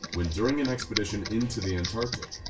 when during an expedition into the antarctic,